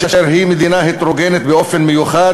אשר היא מדינה הטרוגנית באופן מיוחד,